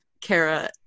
Kara